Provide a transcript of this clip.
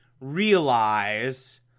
realize